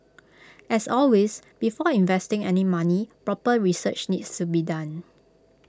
as always before investing any money proper research needs to be done